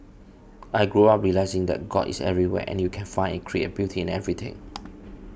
I grew up realising that God is everywhere and you can find and create beauty in everything